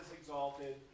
exalted